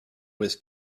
was